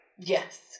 Yes